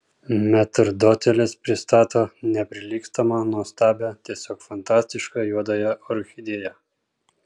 metrdotelis pristato neprilygstamą nuostabią tiesiog fantastišką juodąją orchidėją